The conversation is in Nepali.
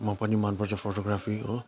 म पनि मनपर्छ फोटोग्राफी